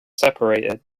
separated